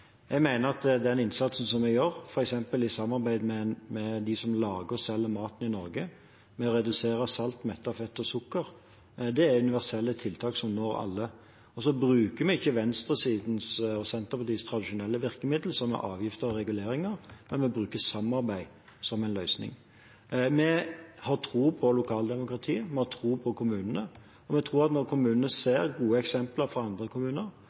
Jeg mener at den innsatsen vi gjør – f.eks. i samarbeid med dem som lager og selger maten i Norge, med å redusere salt, mettet fett og sukker – er universelle tiltak som når alle. Vi bruker ikke venstresidens og Senterpartiets tradisjonelle virkemiddel, som er avgifter og reguleringer, men vi bruker samarbeid som en løsning. Vi har tro på lokaldemokratiet, og vi har tro på kommunene. Vi tror at når kommunene ser gode eksempler fra andre kommuner,